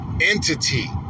entity